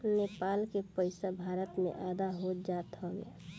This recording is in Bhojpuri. नेपाल के पईसा भारत में आधा हो जात हवे